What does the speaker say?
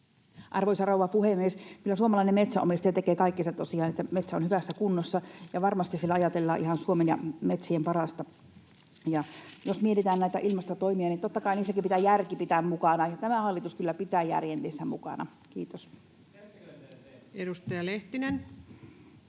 Arvoisa rouva puhemies! Kyllä suomalainen metsänomistaja tekee tosiaan kaikkensa, että metsä on hyvässä kunnossa, ja varmasti siellä ajatellaan ihan Suomen ja metsien parasta. Jos mietitään näitä ilmastotoimia, niin totta kai niissäkin pitää järki pitää mukana, [Mai Kivelän välihuuto] ja tämä hallitus kyllä pitää järjen niissä mukana. — Kiitos. [Matias Mäkynen: